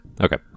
Okay